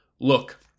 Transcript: look